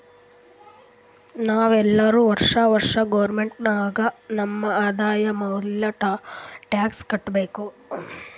ನಾವ್ ಎಲ್ಲೋರು ವರ್ಷಾ ವರ್ಷಾ ಗೌರ್ಮೆಂಟ್ಗ ನಮ್ ಆದಾಯ ಮ್ಯಾಲ ಟ್ಯಾಕ್ಸ್ ಕಟ್ಟಬೇಕ್